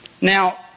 Now